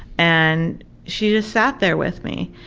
and she just sat there with me.